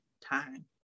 Time